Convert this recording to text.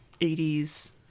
80s